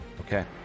Okay